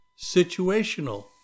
situational